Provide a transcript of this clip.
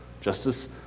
Justice